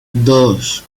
dos